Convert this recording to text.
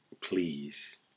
please